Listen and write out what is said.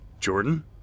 Jordan